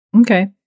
Okay